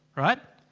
right?